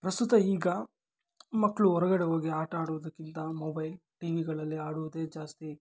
ಪ್ರಸ್ತುತ ಈಗ ಮಕ್ಕಳು ಹೊರಗಡೆ ಹೋಗಿ ಆಟ ಆಡುವುದಕ್ಕಿಂತ ಮೊಬೈಲ್ ಟಿ ವಿಗಳಲ್ಲಿ ಆಡುವುದೇ ಜಾಸ್ತಿ